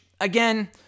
again